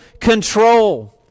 control